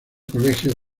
colegio